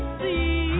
see